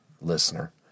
listener